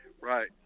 Right